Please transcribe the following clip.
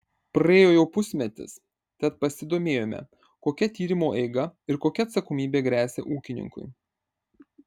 praėjo jau pusmetis tad pasidomėjome kokia tyrimo eiga ir kokia atsakomybė gresia ūkininkui